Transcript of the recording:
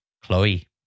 Chloe